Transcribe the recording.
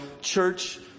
church